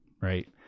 right